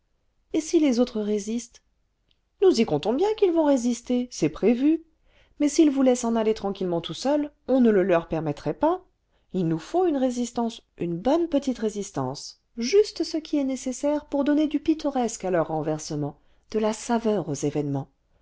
et si les autres résistent nous y comptons bien qu'ils vont résister c'est prévu mais s'ils voulaient s'en aller tranquillement tout seuls on ne le leur permettrait pas h nous faut une résistance une bonne petite résistance juste ce qui est nécessaire pour donner du pittoresque à leur renversement de la saveur aux événements